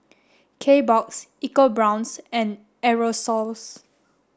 kbox Eco Brown's and Aerosoles